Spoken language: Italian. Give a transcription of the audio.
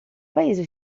paese